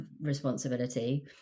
responsibility